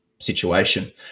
situation